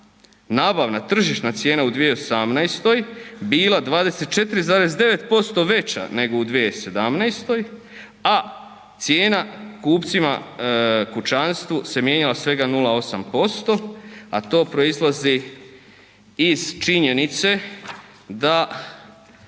nabavna tržišna cijena u 2018. bila 24,9% veća nego u 2017., a cijena kupcima kućanstvu se mijenjala svega 0,8%, a to proizlazi iz činjenice da